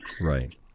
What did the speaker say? Right